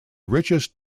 richest